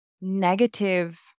negative